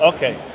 Okay